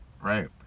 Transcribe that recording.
right